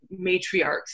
matriarchs